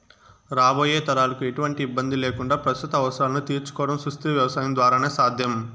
రాబోయే తరాలకు ఎటువంటి ఇబ్బంది లేకుండా ప్రస్తుత అవసరాలను తీర్చుకోవడం సుస్థిర వ్యవసాయం ద్వారానే సాధ్యం